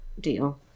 deal